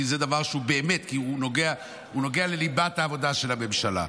כי זה דבר שבאמת נוגע לליבת העבודה של הממשלה.